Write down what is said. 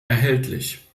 erhältlich